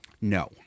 no